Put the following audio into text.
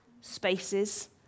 spaces